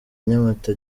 nyamata